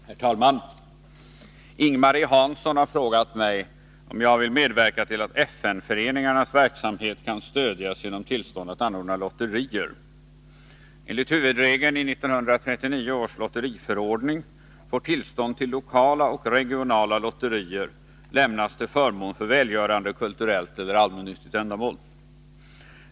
Herr talman! Ing-Marie Hansson har frågat mig om jag vill medverka till att FN-föreningarnas verksamhet kan stödjas genom tillstånd att anordna lotterier. Enligt huvudregeln i 1939 års lotteriförordning får tillstånd till lokala och regionala lotterier lämnas till förmån för välgörande, kulturellt eller allmännyttigt ändamål.